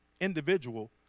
individual